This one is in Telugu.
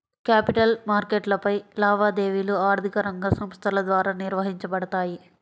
క్యాపిటల్ మార్కెట్లపై లావాదేవీలు ఆర్థిక రంగ సంస్థల ద్వారా నిర్వహించబడతాయి